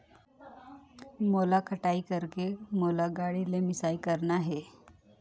मोला कटाई करेके मोला गाड़ी ले मिसाई करना हे?